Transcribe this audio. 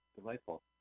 Delightful